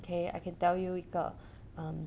K I can tell you 一个 um